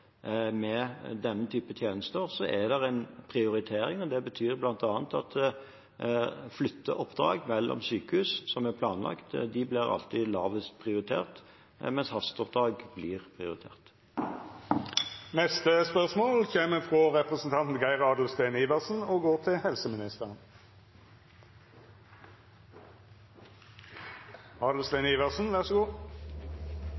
med denne typen tjenester, er det en prioritering, og det betyr bl.a. at planlagte oppdrag med å flytte pasienter mellom sykehus, blir alltid lavest prioritert, mens hasteoppdrag blir prioritert.